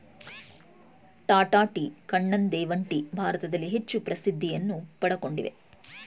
Tata tea, Kannan Devan tea ಭಾರತದಲ್ಲಿ ಹೆಚ್ಚು ಪ್ರಸಿದ್ಧಿಯನ್ನು ಪಡಕೊಂಡಿವೆ